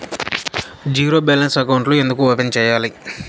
zero balance అకౌంట్లు ఎందుకు open సేయాలి